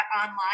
online